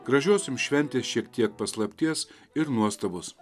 gražios jums šventės šiek tiek paslapties ir nuostabos